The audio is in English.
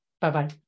bye-bye